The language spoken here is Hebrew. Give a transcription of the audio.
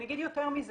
ואני אגיד יותר מזה,